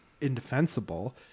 indefensible